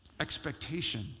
expectation